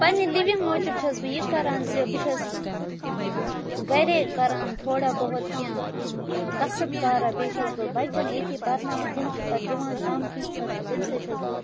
پننہِ لِوِنٛگ موٗجوب چھَس بہٕ یہِ کَران زِ بہٕ چھَس ٲں گَھرے کَران تھوڑا بہت کیٚنٛہہ ٲں کسٕب کارا بیٚیہِ چھَس بہٕ بَچَن ییٚتی پَرناوان تِم چھِ پَتہٕ دِوان کَم کینٛژھا تہٕ تمہِ سۭتۍ چھَس بہٕ